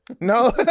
No